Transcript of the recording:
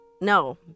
no